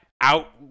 out